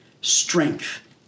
strength